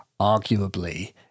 arguably